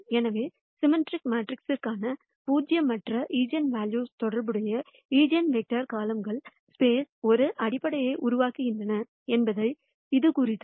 எனவே சிம்மெட்ரிக் மேட்ரிக்ஸிற்கான பூஜ்ஜியமற்ற ஈஜென்வெல்யூக்களுடன் தொடர்புடைய ஈஜென்வெக்டர்கள் காலம்கள் ஸ்பேஸ் ஒரு அடிப்படையை உருவாக்குகின்றன என்பதை இது குறிக்கிறது